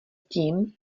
tím